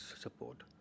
support